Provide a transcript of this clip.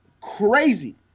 crazy